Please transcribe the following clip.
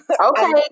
okay